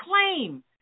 claim